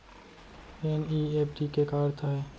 NEFT के का अर्थ है?